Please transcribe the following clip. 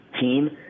team